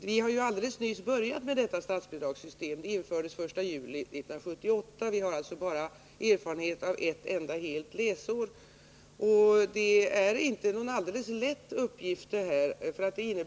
Men vi har helt nyligen börjat med detta statsbidragsystem — det infördes den 1 juli 1978. Vi har alltså bara erfarenhet av ett enda helt läsår. Det här är inte heller någon alldeles lätt uppgift. Det